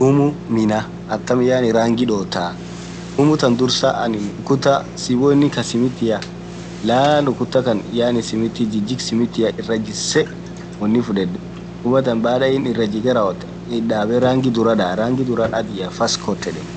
Roomu miiina atam rangii dhothaa room than dhursaa anin ukutaa wonin kasimithia laan ukuta khan simithi jijigh simitia iraa jiseee wonn fudhedhe dhuathan baada inin irajighee rawothu ithi dhabe rangi dhura dhaaa rangii durah adhia first coat yedheni